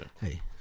Hey